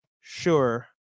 sure